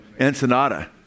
Ensenada